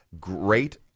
great